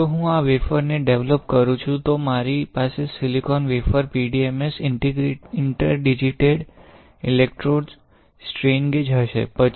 જો હું આ વેફર ને ડેવલપ કરું તો મારી પાસે silicon wafer PDMS interdigitated electrodes strain gauge હશે